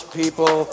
people